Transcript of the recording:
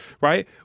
right